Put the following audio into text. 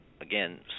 again